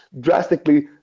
drastically